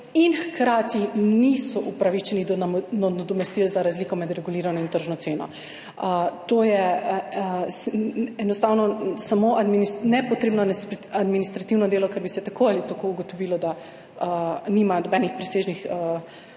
in hkrati niso upravičeni do nadomestil za razliko med regulirano in tržno ceno. To je enostavno samo nepotrebno administrativno delo, ker bi se tako ali tako ugotovilo, da nimajo nobenih presežnih